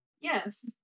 Yes